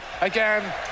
again